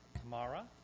Tamara